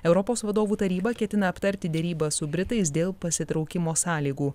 europos vadovų taryba ketina aptarti derybas su britais dėl pasitraukimo sąlygų